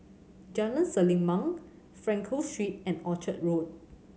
Jalan Selimang Frankel Street and Orchard Road